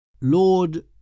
Lord